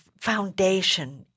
foundation